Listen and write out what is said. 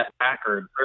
Packard